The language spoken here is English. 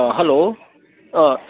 hello